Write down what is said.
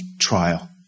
trial